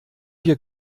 wir